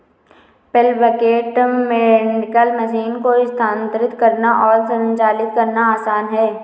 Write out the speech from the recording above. पेल bucket milking machine को स्थानांतरित करना और संचालित करना आसान है